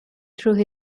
through